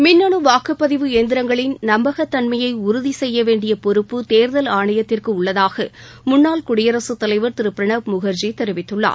மின்னு வாக்குப்பதிவு இயந்திரங்களின் நம்பகத்தன்மையை உறுதி செய்ய வேண்டிய பொறுப்பு தேர்தல் ஆணையத்திற்கு உள்ளதாக முன்னாள் குடியரசுத் தலைவர் திரு பிரணாப் முகர்ஜி தெரிவித்துள்ளார்